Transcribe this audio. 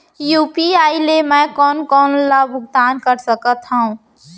UPI ले मैं कोन कोन ला भुगतान कर सकत हओं?